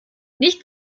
nicht